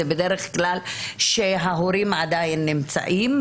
זה בדרך כלל כשההורים עדיין נמצאים,